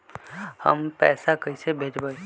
हम पैसा कईसे भेजबई?